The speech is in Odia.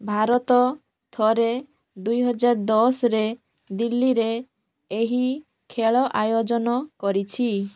ଭାରତ ଥରେ ଦୁଇ ହଜାର ଦଶରେ ଦିଲ୍ଲୀରେ ଏହି ଖେଳ ଆୟୋଜନ କରିଛି